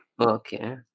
Okay